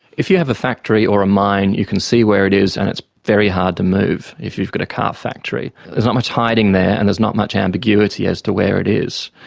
if you have a factory or a mine you can see where it is and it's very hard to move if you've got a car factory. there's not much hiding there and there's not much ambiguity as to where it is.